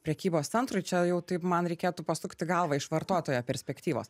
prekybos centrui čia jau taip man reikėtų pasukti galvą iš vartotojo perspektyvos